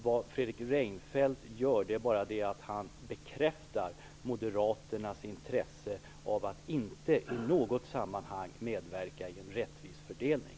Det Fredrik Reinfeldt gör är bara att bekräfta moderaternas intresse av att inte i något sammanhang medverka i en rättvis fördelning.